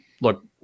look